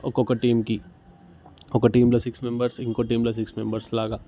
ఒక్కొక్క టీంకి ఒక టీంలో సిక్స్ మెంబర్స్ ఇంకోక టీంలో సిక్స్ మెంబర్స్ లాగా